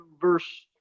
verse